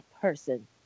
person